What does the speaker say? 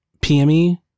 PME